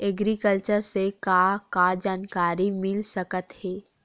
Agriculture से का का जानकारी मिल सकत हे?